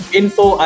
info